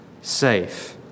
safe